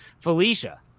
Felicia